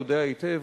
יודע היטב,